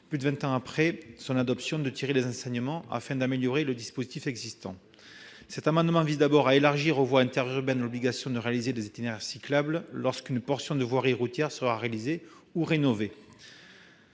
plus de vingt ans après son adoption, de tirer les enseignements, afin d'améliorer le dispositif existant. Cet amendement vise tout d'abord à élargir aux voies interurbaines l'obligation de réaliser des itinéraires cyclables lorsqu'une portion de voirie routière est réalisée ou rénovée.